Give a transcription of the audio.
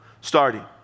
starting